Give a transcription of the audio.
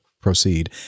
proceed